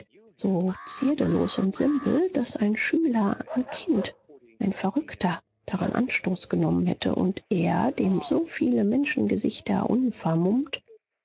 so zierdelos und simpel daß ein schüler ein kind ein verrückter daran anstoß genommen hätte und er dem so viele menschengesichter